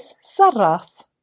Sarras